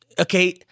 Okay